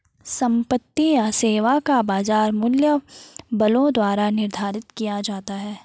संपत्ति या सेवा का बाजार मूल्य बलों द्वारा निर्धारित किया जाता है